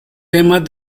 temas